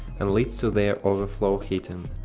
and leads to their overflow heating.